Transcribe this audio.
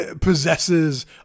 possesses